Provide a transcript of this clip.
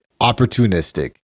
opportunistic